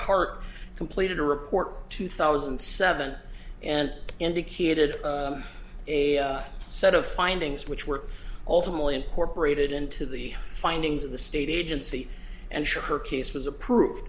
dark completed a report two thousand and seven and indicated a set of findings which were ultimately incorporated into the findings of the state agency and her case was appro